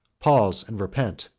pause, and repent.